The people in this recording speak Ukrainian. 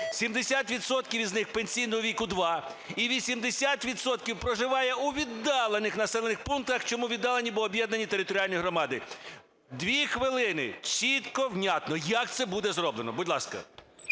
із них пенсійного віку – два. І 80 відсотків проживає у відділених населених пунктах. Чому віддалені? Бо об'єднані територіальні громади. 2 хвилини – чітко, внятно, як це буде зроблено. Будь ласка.